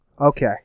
Okay